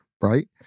right